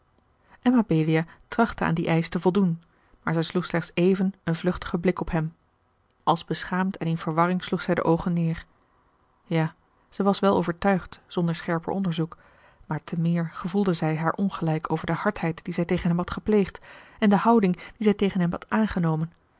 en mabelia trachtte aan dien eisch te voldoen maar zij sloeg slechts even een vluchtigen blik op hem als beschaamd en in verwarring sloeg zij de oogen neêr ja zij was wel overtuigd zonder scherper onderzoek maar te meer gevoelde zij haar ongelijk over de hardheid die zij tegen hem had gepleegd en de houding die zij tegen hem had aangenomen